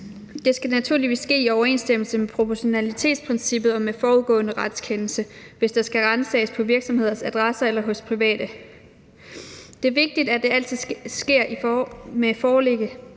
Det skal naturligvis ske i overensstemmelse med proportionalitetsprincippet og med forudgående retskendelse, hvis der skal ransages på virksomheders adresser eller hos private. Det er vigtigt, at det altid sker med forelæggelse